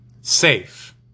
Safe